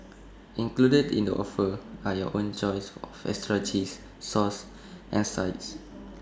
included in the offer are your own choice of extras cheese sauce and sides